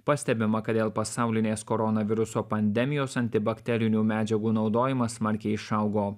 pastebima kad dėl pasaulinės koronaviruso pandemijos antibakterinių medžiagų naudojimas smarkiai išaugo